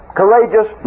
courageous